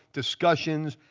discussions.